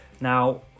Now